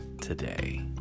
today